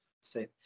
say